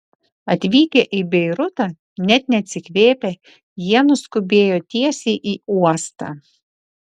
atvykę į beirutą net neatsikvėpę jie nuskubėjo tiesiai į uostą